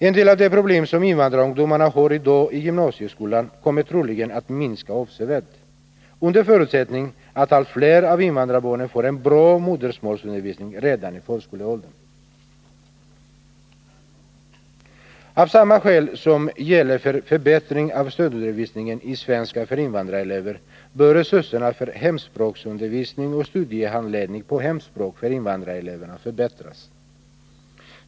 En del av de problem som invandrarungdomarna har i dag i gymnasieskolan kommer troligen att minska avsevärt, under förutsättning att allt fler av invandrarbarnen får en bra modersmålsundervisning redan i förskoleåldern. Av samma skäl som gäller för förbättring av stödundervisningen i svenska för invandrarelever bör resurserna för hemspråksundervisning och studiehandledning på hemspråk för invandrarelever förbättras.